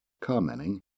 commenting